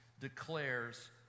declares